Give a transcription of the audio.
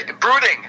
Brooding